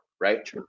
right